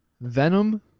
Venom